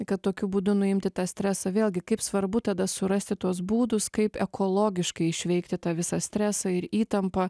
kad tokiu būdu nuimti tą stresą vėlgi kaip svarbu tada surasti tuos būdus kaip ekologiškai išveikti tą visą stresą ir įtampą